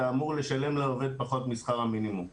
אתה אמור לשלם לעובד פחות משכר המינימום,